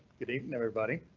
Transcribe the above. good evening everybody.